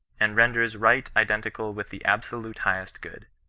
and renders right identical with the ahsolvte highest good.